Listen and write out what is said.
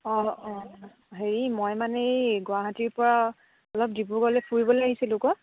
অঁ অঁ হেৰি মই মানে এই গুৱাহাটীৰ পৰা অলপ ডিব্ৰুগড়লে ফুৰিবলে আহিছিলোঁ আকৌ